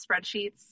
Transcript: spreadsheets